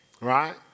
right